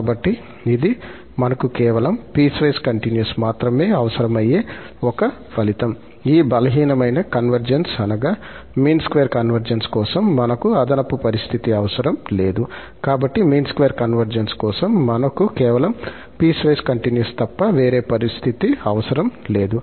కాబట్టి ఇది మనకు కేవలం పీస్ వైస్ కంటిన్యూస్ మాత్రమే అవసరమయ్యే ఒక ఫలితం ఈ బలహీనమైన కన్వర్జెన్స్ అనగా మీన్ స్క్వేర్ కన్వర్జెన్స్ కోసం మనకు అదనపు పరిస్థితి అవసరం లేదు కాబట్టి మీన్ స్క్వేర్ కన్వర్జెన్స్ కోసం మనకు కేవలం పీస్ వైస్ కంటిన్యూస్ తప్ప వేరే పరిస్థితి అవసరం లేదు